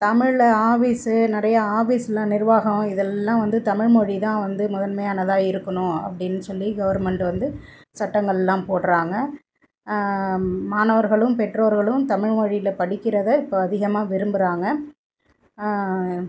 தமிழில் ஆஃபீஸ்ஸு நிறைய ஆஃபீஸ்லாம் நிர்வாகம் இதெல்லாம் வந்து தமிழ் மொழி தான் வந்து முதன்மையானதாக இருக்கணும் அப்படின் சொல்லி கவர்மெண்ட் வந்து சட்டங்கள்லாம் போடுறாங்க மாணவர்களும் பெற்றோர்களும் தமிழ்மொழியில் படிக்கிறதை இப்போ அதிகமா விரும்புகிறாங்க